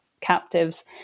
captives